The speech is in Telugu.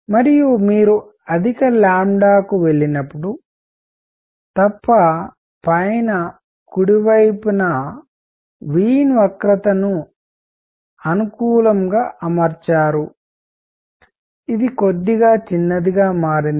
మరియు మీరు అధిక లాంబ్డా కు వెళ్ళినప్పుడు తప్ప పైన కుడి వైపున వీన్ వక్రతను అనుకూలముగా అమర్చారు ఇది కొద్దిగా చిన్నదిగా మారింది